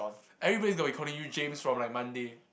everybody calling you James from like Monday